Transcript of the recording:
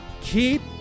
keep